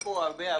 יש פה הרבה הערות.